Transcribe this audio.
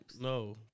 No